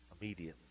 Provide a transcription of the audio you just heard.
immediately